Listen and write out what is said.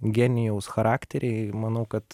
genijaus charakteriai manau kad